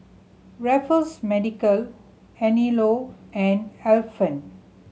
Raffles Medical Anello and Alpen